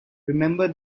remember